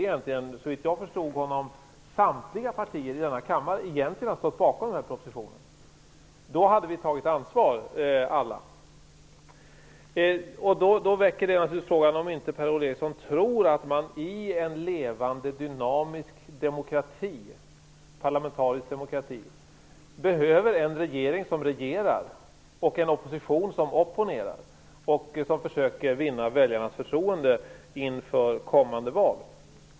Egentligen borde, såvitt jag förstod honom, samtliga partier i denna kammare stått bakom propositionen. Då hade vi alla tagit ansvar. Detta väcker naturligtvis frågan om inte Per-Ola Eriksson tror att man i en levande, dynamisk, parlamentarisk demokrati behöver en regering som regerar och en opposition som opponerar och försöker vinna väljarnas förtroende inför kommande val.